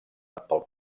pel